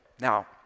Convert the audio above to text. Now